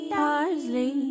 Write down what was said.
parsley